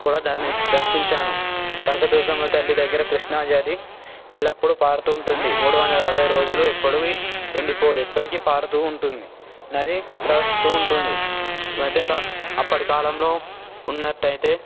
కూడా దాన్ని దర్శించాను కనకదుర్గమ్మ తల్లి దగ్గర కృష్ణ నది ఎల్లప్పుడూ పారుతుంటుంది మూడు వందల అరవై రోజులు ఎప్పుడు ఎండిపోదు ఎప్పటికీ పారుతూ ఉంటుంది నదీ ప్రవహిస్తూ ఉంటుంది అదొక అప్పటి కాలంలో ఉన్నట్టయితే